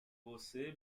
você